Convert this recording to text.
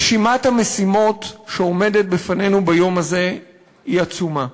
רשימת המשימות שעומדת בפנינו ביום הזה היא עצומה.